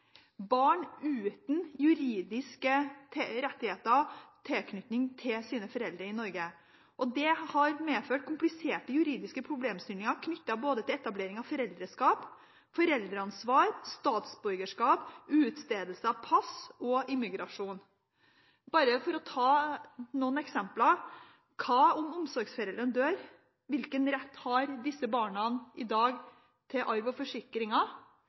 barn uten juridiske rettigheter og tilknytning til sine foreldre i Norge. Det har medført kompliserte juridiske problemstillinger knyttet til både etablering av foreldreskap, foreldreansvar, statsborgerskap, utstedelse av pass og immigrasjon. Bare for å ta noen eksempler: Hva om omsorgsforeldrene dør? Hvilken rett har disse barna i dag til arv og